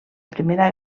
primera